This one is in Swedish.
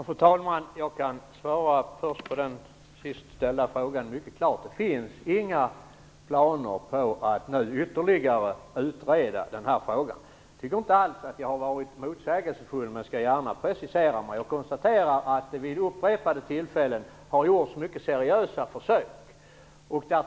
Fru talman! Jag kan svara mycket klart på den sist ställda frågan. Det finns nu inga planer på att ytterligare utreda frågan. Jag tycker inte alls att jag har varit motsägelsefull, men jag skall gärna precisera mig. Jag konstaterar att det vid upprepade tillfällen har gjorts seriösa försök.